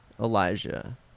Elijah